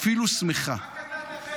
-- אפילו שמחה -- רק אתה תאחד את העם.